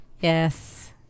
Yes